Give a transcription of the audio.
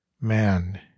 man